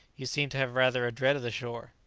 you seemed to have rather a dread of the shore.